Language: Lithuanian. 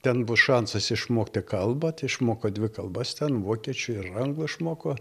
ten bus šansas išmokti kalbą tai išmoko dvi kalbas ten vokiečių ir anglų išmoko